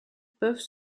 peuvent